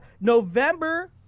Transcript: November